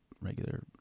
regular